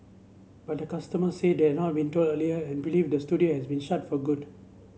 but the customers say they had not been told earlier and believe the studio has been shut for good